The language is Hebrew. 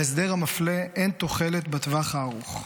להסדר המפלה אין תוחלת בטווח הארוך.